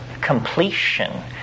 completion